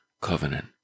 covenant